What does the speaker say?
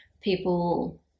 people –